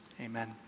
amen